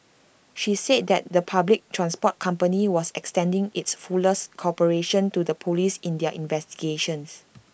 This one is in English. she said that the public transport company was extending its fullest cooperation to the Police in their investigations